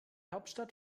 hauptstadt